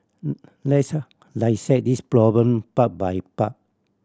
let's listen this problem part by part